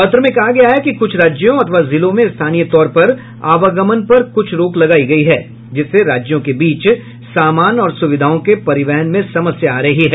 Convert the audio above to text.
पत्र में कहा गया है कि कुछ राज्यों अथवा जिलों में स्थानीय तौर पर आवागमन पर कुछ रोक लगाई गई है जिससे राज्यों के बीच सामान और सुविधाओं के परिवहन में समस्या आ रही है